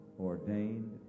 ordained